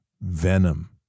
venom